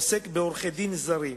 התשס"ט 2009, העוסק בעורכי-דין זרים.